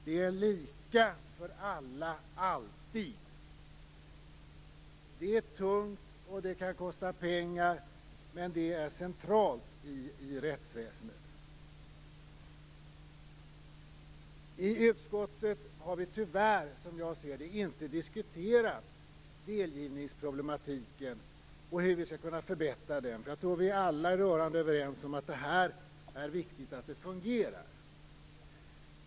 Det är lika för alla alltid. Det är tungt och det kan kosta pengar, men det är centralt i rättsväsendet. I utskottet har vi - tyvärr, som jag ser det - inte diskuterat problematiken med delgivning och hur vi skall kunna förbättra denna. Jag tror att vi alla är rörande överens om att det är viktigt att det här fungerar.